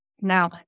Now